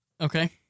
Okay